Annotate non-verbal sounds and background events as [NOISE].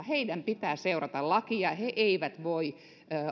[UNINTELLIGIBLE] heidän pitää seurata lakia he eivät voi